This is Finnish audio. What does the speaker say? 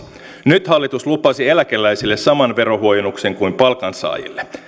nyt hallitus lupasi eläkeläisille saman verohuojennuksen kuin palkansaajille